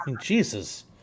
Jesus